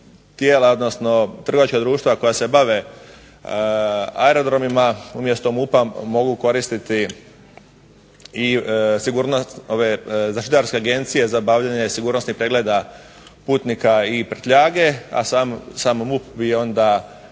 tu je da trgovačka društva koja se bave aerodromima, umjesto MUP-a mogu koristiti i sigurnost zaštitarske agencije za obavljanje sigurnosnih pregleda putnika i prtljage, a sam MUP bi onda